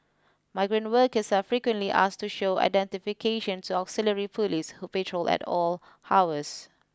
migrant workers are frequently asked to show identification to auxiliary police who patrol at all hours